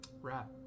Wrap